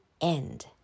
End